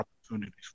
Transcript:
opportunities